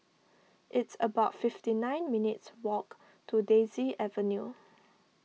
it's about fifty nine minutes' walk to Daisy Avenue